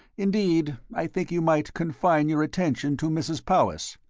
indeed, i think you might confine your attention to mrs. powis.